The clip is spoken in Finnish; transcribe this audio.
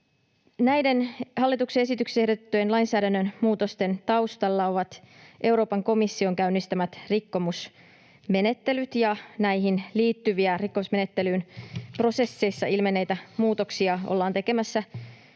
Näiden hallituksen esityksessä ehdotettujen lainsäädännön muutosten taustalla ovat Euroopan komission käynnistämät rikkomusmenettelyt, ja näihin liittyviä, rikkomusmenettelyprosesseissa ilmenneitä muutoksia ollaan tekemässä